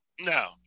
no